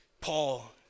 Paul